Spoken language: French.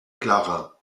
clara